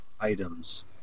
items